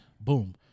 boom